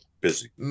busy